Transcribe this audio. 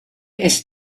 ist